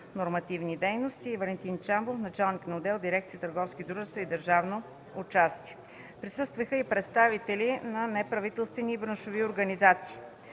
дейности”, и господин Валентин Чамбов – началник на отдел в дирекция „Търговски дружества и държавно участие”. Присъстваха и представители на неправителствени и браншови организации.